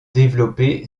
développé